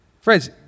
Friends